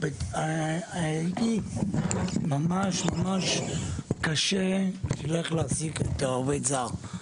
ואמא שלי סיעודית, ולי ממש קשה להעסיק עובד זר.